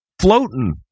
floating